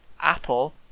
Apple